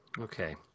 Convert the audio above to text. okay